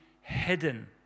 hidden